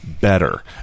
better